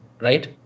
Right